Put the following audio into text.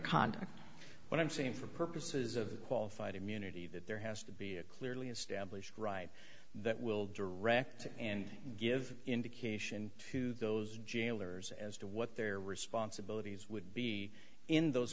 conduct when i'm saying for purposes of the qualified immunity that there has to be a clearly established right that will direct and give indication to those jailers as to what their responsibilities would be in those